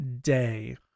day